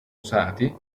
usati